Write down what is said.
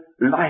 life